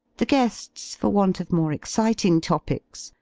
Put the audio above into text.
the guests, for want of more exciting topics,